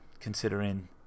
considering